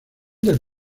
del